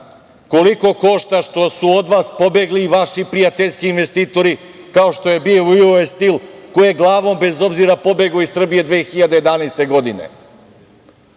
Koliko košta što su od vas pobegli vaši prijateljski investitori, kao što je bio „US stil“, koji je glavom bez obzira pobegao iz Srbije 2011. godine? To